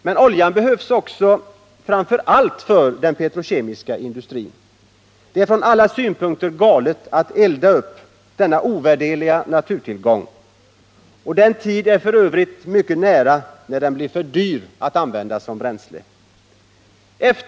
Men oljan behövs också och framför allt för den petrokemiska industrin. Det är från alla synpunkter galet att elda upp denna ovärderliga naturtillgång, och den tid är f. ö. mycket nära när den blir för dyr att använda som bränsle.